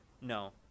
no